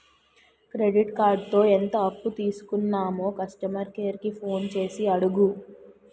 credit కార్డుతో ఎంత అప్పు తీసుకున్నామో కస్టమర్ కేర్ కి ఫోన్ చేసి అడుగు